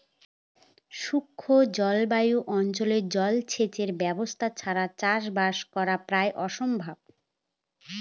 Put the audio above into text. শুষ্ক জলবায়ু অঞ্চলে জলসেচের ব্যবস্থা ছাড়া চাষবাস করা প্রায় অসম্ভব